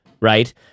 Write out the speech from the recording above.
Right